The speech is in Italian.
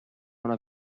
una